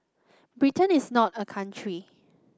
Britain is not a country